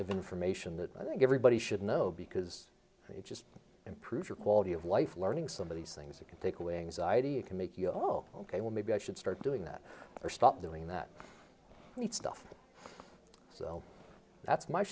of information that i think everybody should know because it just improve your quality of life learning some of these things you can take away anxiety it can make you all ok well maybe i should start doing that or stop doing that stuff so that's my